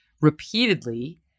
repeatedly